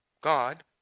God